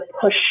push